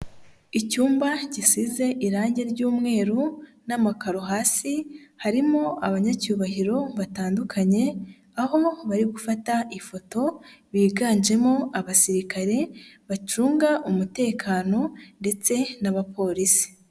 Icyumba gisize irangi ry'umweru n'amakaro, hasi harimo abanyacyubahiro batandukanye, aho bari gufata ifoto, biganjemo abasirikare bacunga umutekano ndetse n'abapolisi.